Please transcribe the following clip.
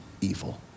evil